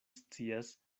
scias